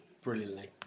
brilliantly